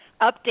update